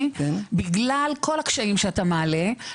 בגלל כל הקשיים שאתה מעלה,